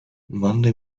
monday